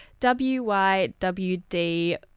WYWD